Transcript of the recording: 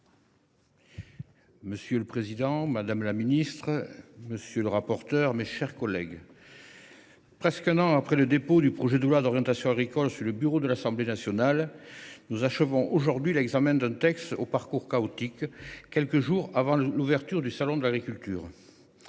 Monsieur le président, madame la ministre, mes chers collègues, presque un an après le dépôt du projet de loi d’orientation agricole sur le bureau de l’Assemblée nationale, nous achevons aujourd’hui l’examen d’un texte au parcours chaotique, quelques jours avant l’ouverture du salon de l’agriculture.